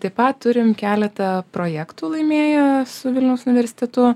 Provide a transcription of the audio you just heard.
taip pat turim keletą projektų laimėję su vilniaus universitetu